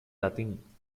latín